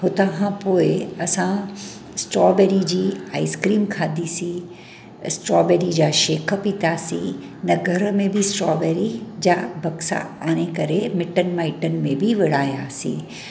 हुतां खां पोइ असां स्ट्रॉबेरी जी आइसक्रीम खादीसीं स्ट्रॉबेरी जा शेक पीतासीं न घर में बि स्ट्रॉबेरी जा बक्सा आणे करे मिटनि माइटनि में बि विरहायासीं